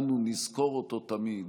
אנו נזכור אותו תמיד.